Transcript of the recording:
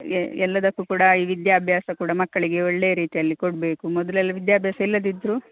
A ಎಲ್ಲದಕ್ಕೂ ಕೂಡ ಈ ವಿದ್ಯಾಭ್ಯಾಸ ಕೂಡ ಮಕ್ಕಳಿಗೆ ಒಳ್ಳೆಯ ರೀತಿಯಲ್ಲಿ ಕೊಡಬೇಕು ಮೊದಲೆಲ್ಲ ವಿದ್ಯಾಭ್ಯಾಸ ಇಲ್ಲದಿದ್ದರೂ